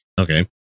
okay